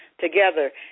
together